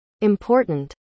important